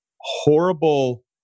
horrible